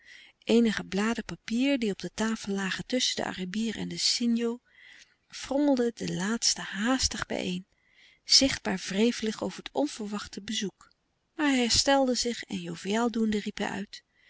eenige bladen papier die op de tafel lagen tusschen den arabier en den sinjo frommelde de laatste haastig bijeen zichtbaar wrevelig over het onverwachte bezoek maar hij herstelde zich en joviaal doende riep hij uit